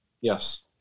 Yes